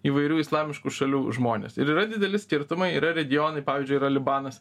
įvairių islamiškų šalių žmonės ir yra dideli skirtumai yra regionai pavyzdžiui yra libanas